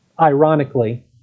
ironically